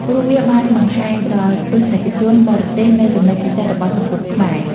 ព្រោះវាបានបង្ហាញដល់ទស្សនិកជនបរទេសនូវចំណុចពិសេសរបស់សង្គមខ្មែរ។